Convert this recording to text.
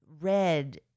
red